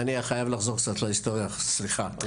אני חייב לחזור קצת להיסטוריה סליחה.